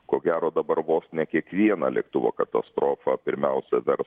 ko gero dabar vos ne kiekvieną lėktuvo katastrofą pirmiausia vers